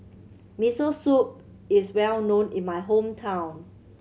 Miso Soup is well known in my hometown